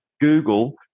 Google